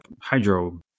hydro